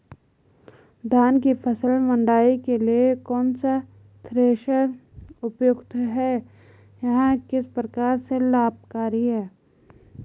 धान की फसल मड़ाई के लिए कौन सा थ्रेशर उपयुक्त है यह किस प्रकार से लाभकारी है?